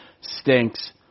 stinks